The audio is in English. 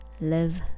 live